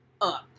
up